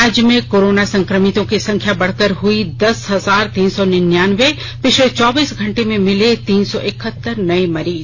राज्य में कोरोना संक्रमितों की संख्या बढ़कर हुई दस हजार तीन सौ निन्नयानबे पिछले चौबीस घंटे में मिले तीन सौ इकहत्तर नये मरीज